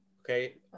Okay